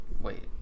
Wait